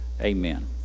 Amen